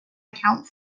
account